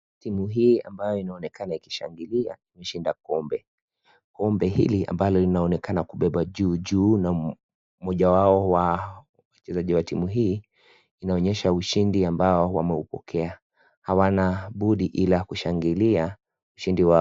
Timu hii ambayo inaonekana ikishangiliia ikishinda kombe, kombe hili ambalo linaonekana kubebwq juu juu na moja wao wa wachezaji wa timu hii inaonyesha ushindi ambao wameupokea, hawana budi ila kushangilia ushindi wao.